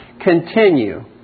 Continue